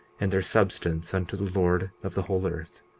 and their substance unto the lord of the whole earth.